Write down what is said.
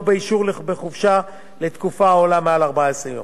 באישור בחופשה לתקופה העולה על 14 יום.